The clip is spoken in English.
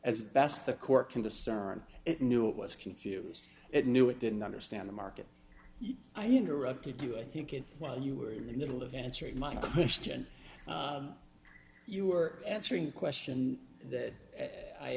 as best the court can discern it knew it was confused it knew it didn't understand the market i interrupted you i think it while you were in the middle of answering my question you were answering the question that i